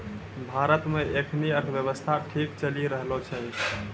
भारत मे एखनी अर्थव्यवस्था ठीक चली रहलो छै